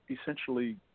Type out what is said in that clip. essentially